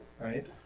right